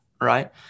right